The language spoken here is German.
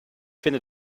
finde